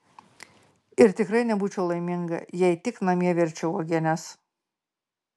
ir tikrai nebūčiau laiminga jei tik namie virčiau uogienes